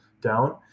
down